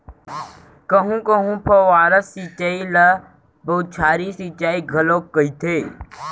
कहूँ कहूँ फव्वारा सिंचई ल बउछारी सिंचई घलोक कहिथे